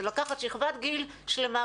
זה לקחת שכבת גיל שלמה,